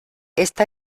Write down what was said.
esta